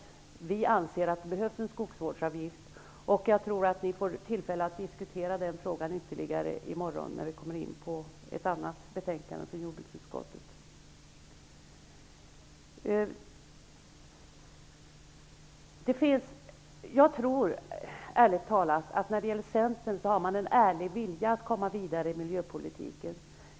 Vi socialdemokrater anser att det behövs en skogsvårdsavgift, och jag tror att det blir tillfälle att diskutera den frågan ytterligare i morgon, när kammaren behandlar ett annat betänkande från jordbruksutskottet. Jag tror ärligt talat att Centern har en uppriktig vilja att komma vidare i miljöpolitiken.